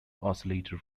oscillator